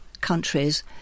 countries